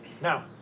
Now